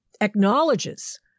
acknowledges